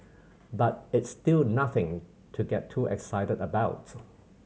but it's still nothing to get too excited about